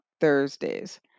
Thursdays